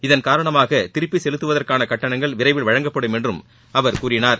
இதன்காரணமாக திருப்பி செலுத்துவதற்கான கட்டணங்கள் விரைவில் வழங்கப்படும் என்றும் அவர் கூறினார்